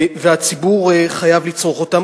והציבור חייב לצרוך אותם,